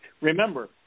remember